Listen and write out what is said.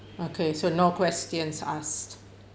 okay so no questions asked